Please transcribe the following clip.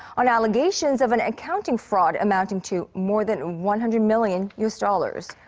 on allegations of an accounting fraud amounting to more than one hundred million u s. dollars.